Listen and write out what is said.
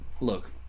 Look